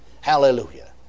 Hallelujah